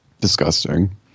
disgusting